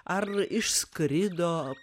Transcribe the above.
ar išskrido